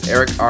Eric